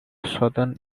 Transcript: southern